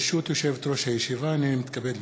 ברשות יושבת-ראש הישיבה, הנני מתכבד להודיעכם,